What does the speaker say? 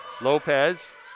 Lopez